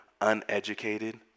uneducated